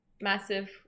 massive